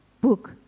book